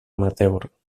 amateur